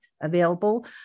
available